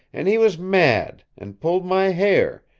and he was mad, and pulled my hair,